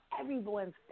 everyone's